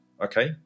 okay